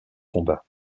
combat